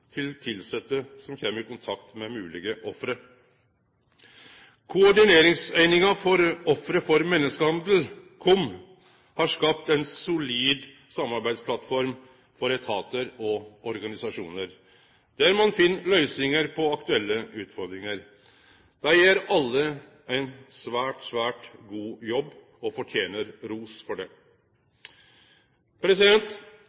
til tilsette som kjem i kontakt med moglege offer. Koordineringseininga for offer for menneskehandel, KOM, har skapt ei solid samarbeidsplattform for etatar og organisasjonar der ein finn løysingar på aktuelle utfordringar. Dei gjer alle ein svært, svært god jobb og fortener ros for